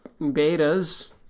betas